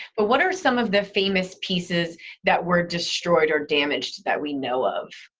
but what are some of the famous pieces that were destroyed or damashed that we know of?